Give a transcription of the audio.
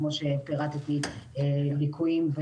כמו שפירטתי, ליקויים.